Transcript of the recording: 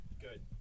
Good